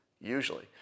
usually